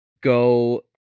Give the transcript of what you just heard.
Go